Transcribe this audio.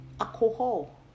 Alcohol